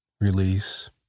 release